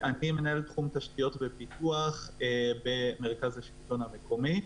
אני מנהל תחום תשתיות ופיתוח במרכז השלטון המקומי.